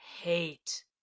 hate